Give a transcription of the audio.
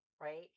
right